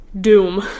doom